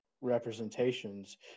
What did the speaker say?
representations